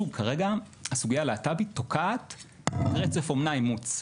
שוב, כרגע הסוגיה הלהט"בית תוקעת רצף אומנה-אימוץ.